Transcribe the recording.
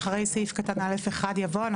"אחרי סעיף קטן (א)(1) יבוא -",